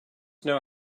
know